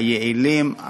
היעילים,